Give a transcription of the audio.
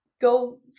go